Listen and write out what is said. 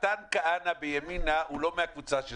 מתן כהנא בימינה הוא לא מהקבוצה של